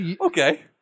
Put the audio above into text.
Okay